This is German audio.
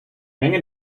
menge